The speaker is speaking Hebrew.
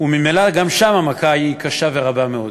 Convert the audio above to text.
וממילא גם שם המכה קשה ורבה מאוד.